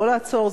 לא לעצור,